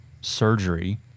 surgery